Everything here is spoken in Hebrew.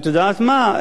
את יודעת מה?